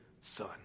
son